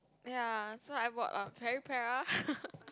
ya so I bought a Peripera